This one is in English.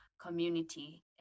community